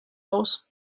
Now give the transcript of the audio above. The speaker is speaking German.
aus